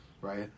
right